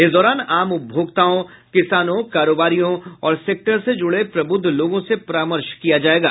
इस दौरान आम उपभोक्ताओं किसानों कारोबारियों और सेक्टर से जुड़े प्रबुद्ध लोगों से परामर्श किया जायेगा